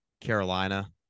Carolina